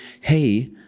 hey